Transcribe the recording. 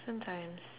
sometimes